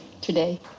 today